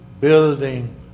building